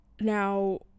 now